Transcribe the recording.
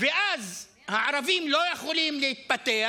ואז הערבים לא יכולים להתפתח,